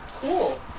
Cool